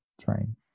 train